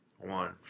One